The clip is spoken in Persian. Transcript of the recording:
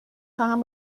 خواهم